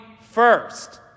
first